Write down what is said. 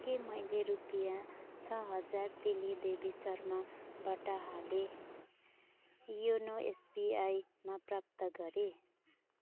के मैले रुपियाँ छ हजार तिली देवी शर्माबाट हालै योनो एसबिआईमा प्राप्त गरेँ